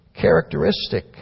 characteristic